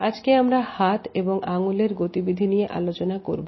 আজকে আমরা হাত এবং আঙ্গুলের গতিবিধি নিয়ে আলোচনা করব